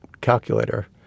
calculator